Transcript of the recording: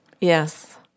Yes